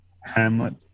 hamlet